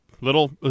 little